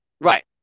Right